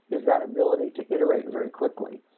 is that ability to iterate very quickly.